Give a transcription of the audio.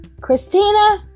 Christina